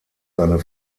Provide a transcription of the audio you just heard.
seine